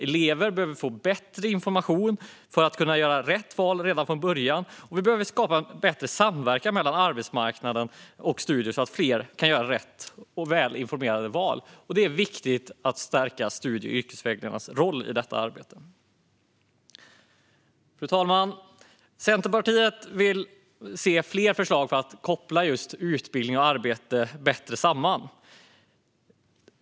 Elever behöver få bättre information för att kunna göra rätt val redan från början, och vi behöver skapa bättre samverkan mellan arbetsmarknaden och studier så att fler kan göra rätt - och välinformerade - val. Det är viktigt att stärka studie och yrkesvägledarnas roll i detta arbete. Fru talman! Centerpartiet vill se fler förslag för att just koppla samman utbildning och arbete bättre.